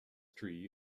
tree